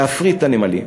להפריט את הנמלים.